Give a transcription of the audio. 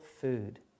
food